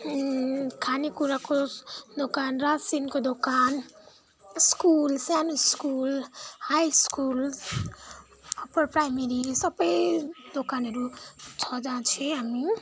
खाने कुराको दोकान रासिनको दोकान स्कुल सानो स्कुल हाई स्कुल प्राइमरी सबै दोकानहरू छ जहाँ चाहिँ हामी